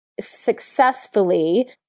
successfully